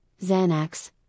Xanax